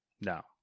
No